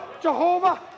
Jehovah